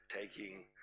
Taking